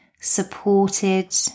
supported